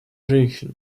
женщин